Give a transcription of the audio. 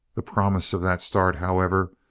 the promise of that start, however,